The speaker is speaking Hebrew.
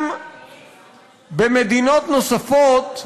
גם מדינות נוספות,